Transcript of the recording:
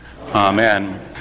Amen